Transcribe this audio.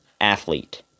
athlete